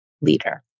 leader